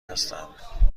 هستم